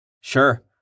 Sure